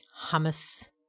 hummus